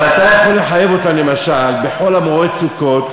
אבל אתה יכול לחייב אותם למשל בחול המועד סוכות,